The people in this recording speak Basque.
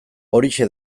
horixe